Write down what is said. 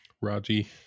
Raji